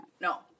no